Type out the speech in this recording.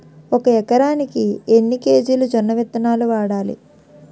ఒక ఎకరానికి ఎన్ని కేజీలు జొన్నవిత్తనాలు వాడాలి?